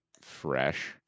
fresh